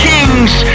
Kings